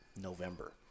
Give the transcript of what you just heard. November